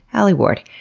alie ward,